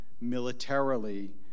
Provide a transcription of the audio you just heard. militarily